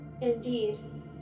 Indeed